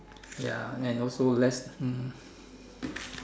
ya and also less hmm